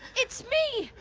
it's me.